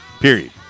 Period